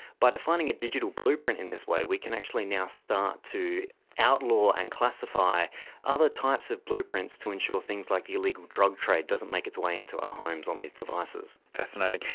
by defining a digital blueprint in this way we can actually now start to outlaw and classify other types of blueprints to ensure things like the illegal drug trade doesn't make its way into our homes on these devices. fascinating.